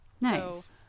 Nice